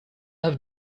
have